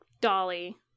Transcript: Dolly